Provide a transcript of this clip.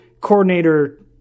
coordinator